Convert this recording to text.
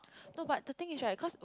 no but the thing is right cause